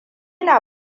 na